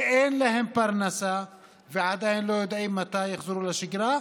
שאין להם פרנסה ועדיין לא יודעים מתי יחזרו לשגרה.